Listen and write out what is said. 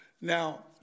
Now